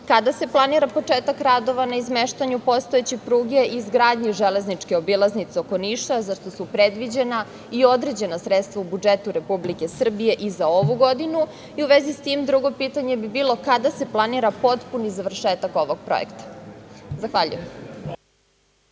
kada se planira početak radova na izmeštanju postojeće pruge i izgradnja železničke obilaznice oko Niša, za šta su predviđena i određena sredstva u budžetu Republike Srbije i za ovu godinu? U vezi s tim drugo pitanje bi bilo - kada se planira potpuni završetak ovog projekta? Zahvaljujem.